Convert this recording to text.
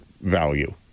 value